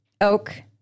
Oak